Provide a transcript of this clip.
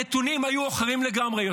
הנתונים היו אחרים לגמרי.